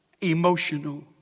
emotional